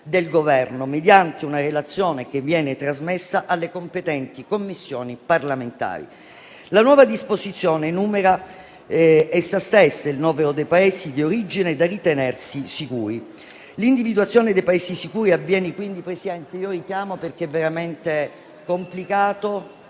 del Governo mediante una relazione che viene trasmessa alle competenti Commissioni parlamentari. La nuova disposizione enumera essa stessa il novero dei Paesi di origine da ritenersi sicuri. L'individuazione dei Paesi sicuri avviene quindi… *(Brusìo)*. Presidente, è veramente complicato